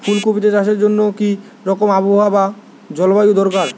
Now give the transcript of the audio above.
ফুল কপিতে চাষের জন্য কি রকম আবহাওয়া ও জলবায়ু দরকার?